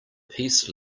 peace